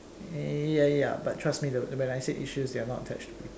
ya ya ya ya but trust me when I said issues they are not attached to people